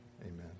amen